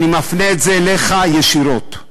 אני מפנה את זה אליך ישירות.